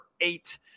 eight